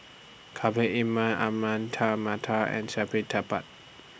Khalil Ahmad Tar Mattar and